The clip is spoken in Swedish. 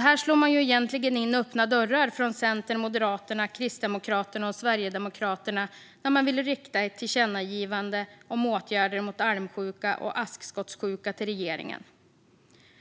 Här slår Centern, Moderaterna, Kristdemokraterna och Sverigedemokraterna egentligen in öppna dörrar när de vill rikta ett tillkännagivande om åtgärder mot almsjuka och askskottsjuka till regeringen.